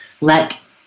let